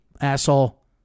asshole